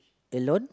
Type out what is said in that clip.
alone